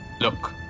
Look